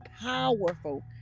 powerful